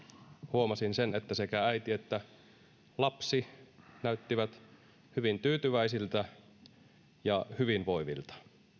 huomasin sen että sekä äiti että lapsi näyttivät hyvin tyytyväisiltä ja hyvinvoivilta